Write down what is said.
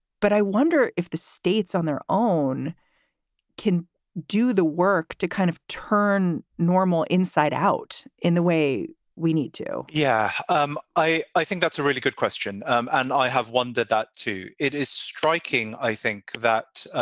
but i wonder if the states on their own can do the work to kind of turn normal inside out in the way we need to yeah, um i i think that's a really good question. um and i have wondered that, too. it is striking. i think that